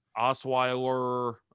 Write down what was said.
Osweiler